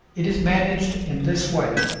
it is managed in this way